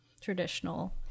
traditional